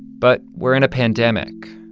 but we're in a pandemic.